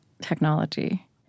technology